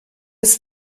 ist